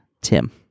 Tim